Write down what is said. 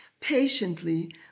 patiently